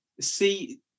see